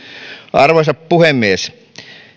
arvoisa puhemies